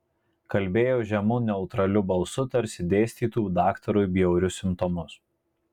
kalbėjo žemu neutraliu balsu tarsi dėstytų daktarui bjaurius simptomus